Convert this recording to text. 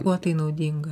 kuo tai naudinga